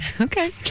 Okay